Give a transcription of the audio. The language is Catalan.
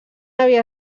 havia